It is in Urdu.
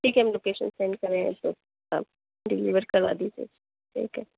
ٹھیک ہے ہم لوکیشن سینڈ کر رہے ہیں اس وقت آپ ڈیلیور کروا دیجیے ٹھیک ہے